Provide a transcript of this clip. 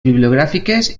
bibliogràfiques